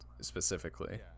specifically